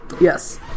Yes